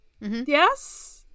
Yes